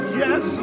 yes